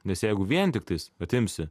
nes jeigu vien tiktais atimsi